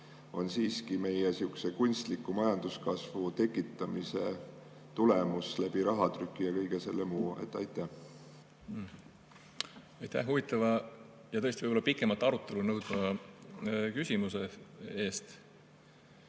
on siiski meie kunstliku majanduskasvu tekitamise tulemus rahatrüki ja kõige selle muu tõttu? Aitäh huvitava ja tõesti pikemat arutelu nõudva küsimuse eest!